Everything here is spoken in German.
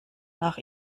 nach